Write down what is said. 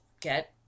get